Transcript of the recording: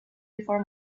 before